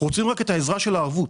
רק רוצים את העזרה של הערבות.